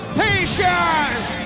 patience